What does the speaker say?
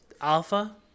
alpha